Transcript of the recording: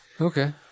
Okay